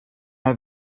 have